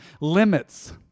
limits